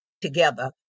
together